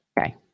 okay